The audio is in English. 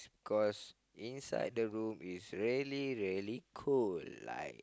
cause inside the room is very very cold like